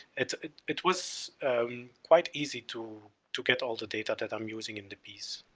it it was quite easy to, to get all the data that i'm using in the piece.